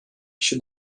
kişi